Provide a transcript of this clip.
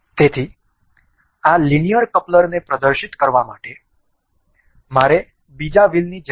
તેથી આ લિનિયર કપલરને પ્રદર્શિત કરવા માટે મારે બીજા વ્હીલની જરૂર છે